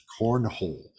cornhole